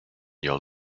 you’ll